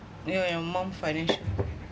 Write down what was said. your your mum financial